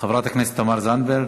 חברת הכנסת תמר זנדברג,